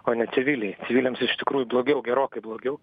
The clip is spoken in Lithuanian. o ne civiliai civiliams iš tikrųjų blogiau gerokai blogiau